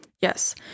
Yes